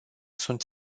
sunt